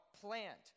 plant